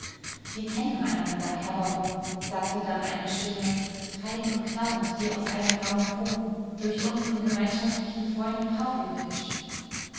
wir kennen einander herr baron sagte dann eine stimme fein und knarrend wie aus einem grammophon durch unseren gemeinschaftlichen freund